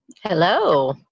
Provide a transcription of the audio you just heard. Hello